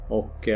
och